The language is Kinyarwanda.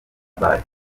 ball